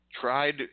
tried